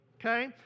okay